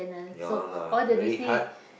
ya lah very hard